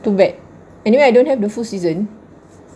too bad anyway I don't have the full season